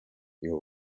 you